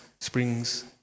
springs